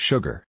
Sugar